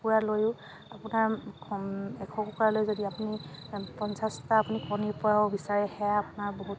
কুকুৰা লৈও আপোনাৰ এশ কুকুৰালৈ যদি আপুনি পঞ্চাছটা আপুনি কণীৰ পৰাব বিচাৰে সেয়া আপোনাৰ বহুত